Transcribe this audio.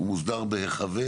יוצא שמחת תורה החג עצמו?